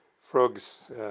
frogs